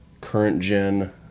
current-gen